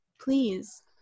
Please